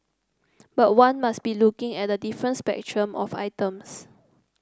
but one must be looking at a different spectrum of items